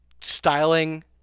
styling